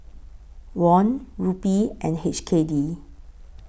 Won Rupee and H K D